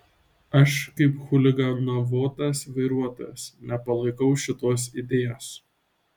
aš kaip chuliganavotas vairuotojas nepalaikau šitos idėjos